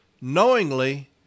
knowingly